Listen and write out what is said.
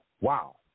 Wow